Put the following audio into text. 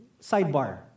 Sidebar